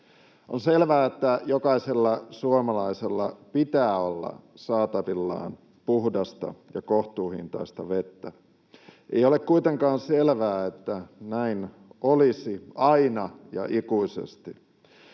On selvää, että jokaisella suomalaisella pitää olla saatavillaan puhdasta ja kohtuuhintaista vettä. Ei ole kuitenkaan selvää, että näin olisi aina ja ikuisesti.